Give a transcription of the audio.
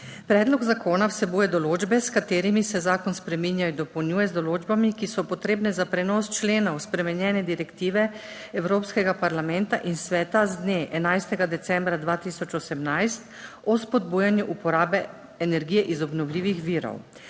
Predlog zakona vsebuje določbe s katerimi se zakon spreminja in dopolnjuje z določbami, ki so potrebne za prenos členov spremenjene direktive Evropskega parlamenta in sveta z dne 11. decembra 2018 o spodbujanju uporabe energije iz obnovljivih virov.